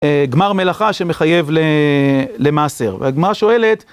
גמר מלאכה שמחייב למעשר. והגמרא שואלת